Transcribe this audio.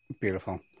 Beautiful